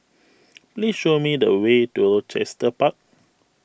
please show me the way to Chester Park